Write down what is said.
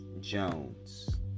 Jones